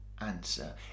answer